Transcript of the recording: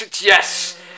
yes